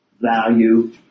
value